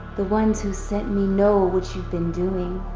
the ones who sent me know what you've been doing.